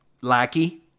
lackey